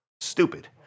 Stupid